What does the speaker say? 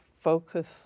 focus